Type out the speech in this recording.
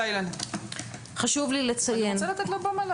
אני רוצה לתת לה במה.